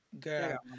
Girl